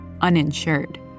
uninsured